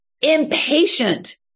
impatient